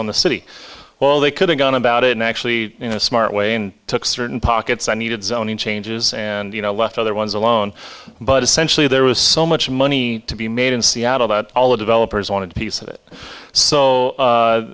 own the city well they could have gone about it actually you know a smart way and took certain pockets i needed zoning changes and you know left other ones alone but essentially there was so much money to be made in seattle that all the developers wanted piece of it so